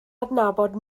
adnabod